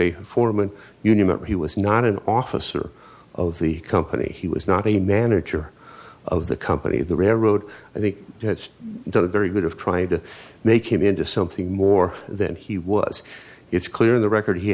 a foreman union member he was not an officer of the company he was not a manager of the company the railroad i think that's a very good of trying to make him into something more than he was it's clear in the record he